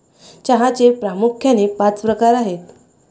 चहाचे प्रामुख्याने पाच प्रकार आहेत